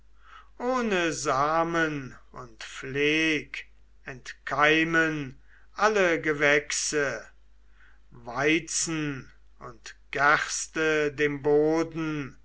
ohne samen und pfleg entkeimen alle gewächse weizen und gerste dem boden